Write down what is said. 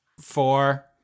Four